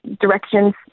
directions